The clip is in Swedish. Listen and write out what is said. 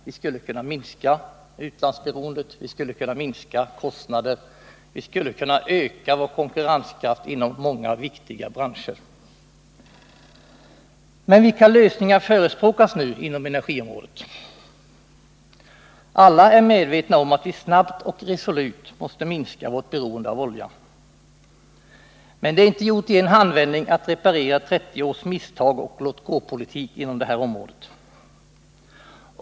Vi skulle kunna minska utlandsberoendet och kostnaderna och kunna öka vår konkurrenskraft inom många viktiga branscher. Vilka lösningar förespråkas nu inom energiområdet? Alla är medvetna om att vi snabbt och resolut måste minska vårt beroende av oljan. Men att reparera 30 års misstag och låtgåpolitik inom detta område är inte gjort i en handvändning.